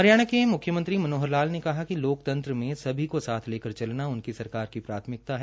हरियाणा के मुख्यमंत्री मनोहर लाल ने कहा है कि लोकतंत्र में स्भी को साथ लेकर चलना उनकी सरकार की प्राथमिकता है